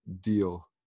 deal